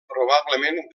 probablement